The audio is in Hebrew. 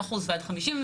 62% ועד 55%,